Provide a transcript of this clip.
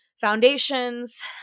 foundations